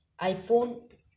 iPhone